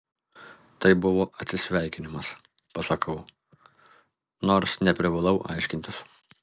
tai buvo atsisveikinimas pasakau nors neprivalau aiškintis